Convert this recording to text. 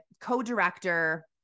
co-director